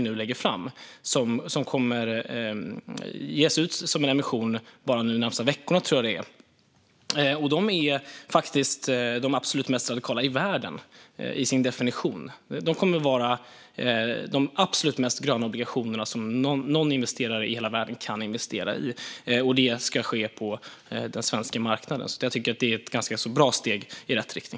De kommer att ges ut genom emission de närmaste veckorna, och de är de absolut mest radikala i världen i sin definition. De kommer att vara de absolut mest gröna obligationerna som någon investerare i hela världen kan investera i, och det ska ske på den svenska marknaden. Det är ett bra steg i rätt riktning.